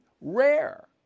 rare